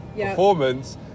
performance